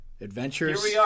adventures